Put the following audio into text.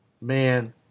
Man